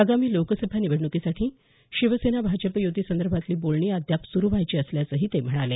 आगामी लोकसभा निवडणुकीसाठी शिवसेना भाजप युतीसंदर्भातली बोलणी अद्याप सुरू व्हायची असल्याचं ते म्हणाले